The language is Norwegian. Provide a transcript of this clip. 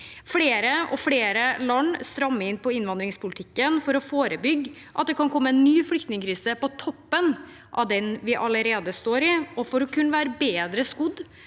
Flere og flere land strammer inn på innvandringspolitikken for å forebygge at det kan komme en ny flyktningkrise på toppen av den vi allerede står i, og for å kunne være bedre skodd